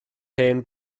hen